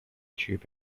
tube